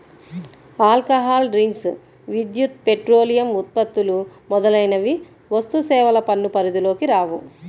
alcohol drinks, విద్యుత్, petroleum ఉత్పత్తులు మొదలైనవి వస్తుసేవల పన్ను పరిధిలోకి రావు